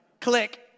click